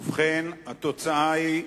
ובכן התוצאה היא,